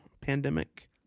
Pandemic